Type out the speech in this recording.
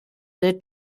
they